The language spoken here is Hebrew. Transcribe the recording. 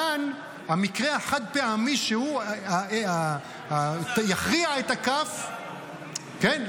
כאן המקרה החד-פעמי שהוא יכריע את הכף ------ כן,